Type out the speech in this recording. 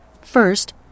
First